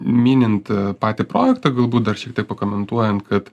minint patį projektą galbūt dar šiek tiek pakomentuojant kad